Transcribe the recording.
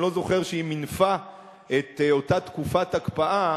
אני לא זוכר שהיא מינפה את אותה תקופת הקפאה.